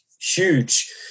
huge